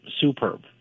superb